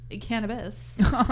cannabis